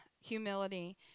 humility